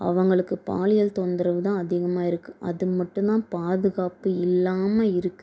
அவங்களுக்கு பாலியல் தொந்தரவு தான் அதிகமாக இருக்குது அது மட்டுந்தான் பாதுகாப்பு இல்லாமல் இருக்குது